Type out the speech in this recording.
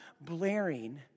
blaring